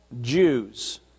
Jews